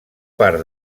part